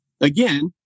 again